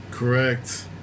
Correct